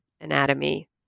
anatomy